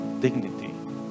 dignity